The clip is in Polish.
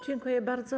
Dziękuję bardzo.